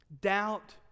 Doubt